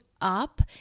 up